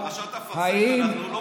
בפרשת אפרסק אנחנו לא מואשמים?